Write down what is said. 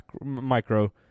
micro